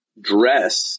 dress